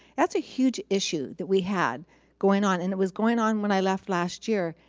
that's a huge issue that we had going on and it was going on when i left last year,